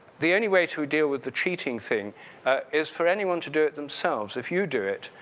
the only way to deal with the cheating thing is for anyone to do it themselves. if you do it,